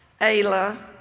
Ayla